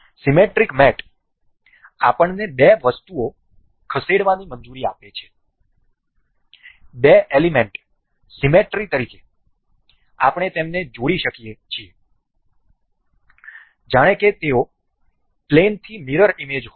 symmetric મેટ આપણને બે વસ્તુઓ ખસેડવાની મંજૂરી આપે છે બે એલિમેન્ટ સીમેટ્રિ તરીકે આપણે તેમને જોડી શકીએ છીએ જાણે કે તેઓ પ્લેન થી મિરર ઇમેજ હોય